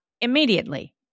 immediately